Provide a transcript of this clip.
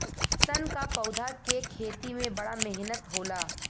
सन क पौधा के खेती में बड़ा मेहनत होला